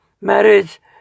marriage